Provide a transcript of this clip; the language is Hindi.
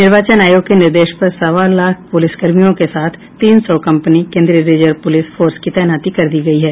निर्वाचन आयोग के निर्देश पर सवा लाख पुलिसकर्मियों के साथ तीन सौ कंपनी केंद्रीय रिजर्व प्रलिस फोर्स की तैनाती कर दी गई है